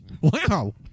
Wow